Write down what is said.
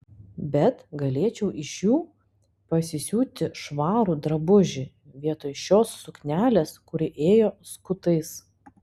bet galėčiau iš jų pasisiūti švarų drabužį vietoj šios suknelės kuri ėjo skutais